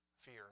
fear